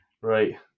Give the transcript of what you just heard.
Right